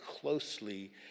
closely